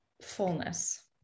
fullness